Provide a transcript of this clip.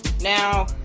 Now